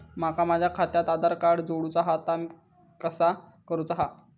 माका माझा खात्याक आधार कार्ड जोडूचा हा ता कसा करुचा हा?